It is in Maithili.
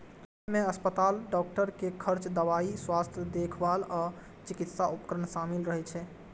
अय मे अस्पताल, डॉक्टर के खर्च, दवाइ, स्वास्थ्य देखभाल आ चिकित्सा उपकरण शामिल रहै छै